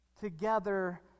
together